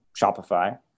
Shopify